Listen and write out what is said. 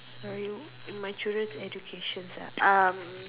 sorry my children's educations ah um